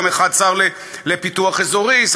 יום אחד שר לפיתוח אזורי,